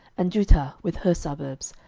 and juttah with her suburbs,